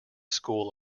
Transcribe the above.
school